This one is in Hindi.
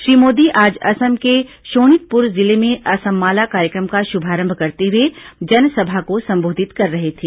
श्री मोदी आज असम के शोणितपुर जिले में असम माला कार्यक्रम का शुभारंभ करते हुए जनसभा को संबोधित कर रहे थे